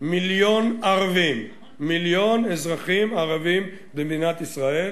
מיליון ערבים, מיליון אזרחים ערבים במדינת ישראל,